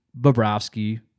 Bobrovsky